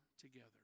together